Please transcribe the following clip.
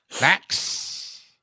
Max